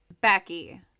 Becky